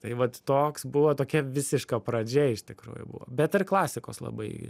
tai vat toks buvo tokia visiška pradžia iš tikrųjų buvo bet ir klasikos labai